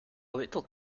little